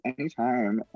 Anytime